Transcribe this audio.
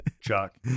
Chuck